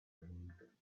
need